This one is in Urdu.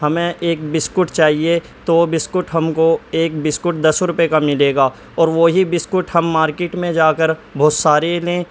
ہمیں ایک بسکٹ چاہیے تو وہ بسکٹ ہم کو ایک بسکٹ دس روپئے کا ملے گا اور وہی بسکٹ ہم مارکیٹ میں جا کر بہت سارے لیں